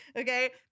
Okay